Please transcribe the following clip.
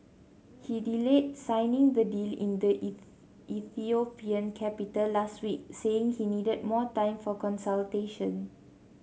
he delayed signing the deal in the Ethiopian capital last week saying he needed more time for consultations